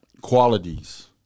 qualities